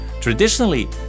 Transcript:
Traditionally